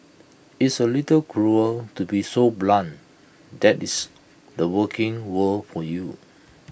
it's A little cruel to be so blunt that's the working world for you